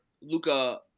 Luca